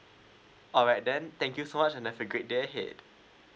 alright then thank you so much and have a great day ahead